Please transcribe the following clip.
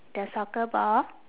the soccer ball